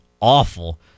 awful